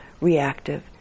reactive